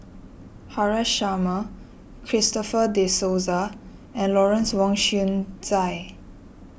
Haresh Sharma Christopher De Souza and Lawrence Wong Shyun Tsai